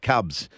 Cubs